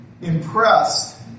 impressed